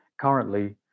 currently